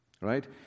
right